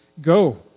Go